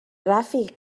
رفیق